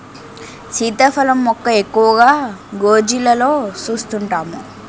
సీతాఫలం మొక్క ఎక్కువగా గోర్జీలలో సూస్తుంటాము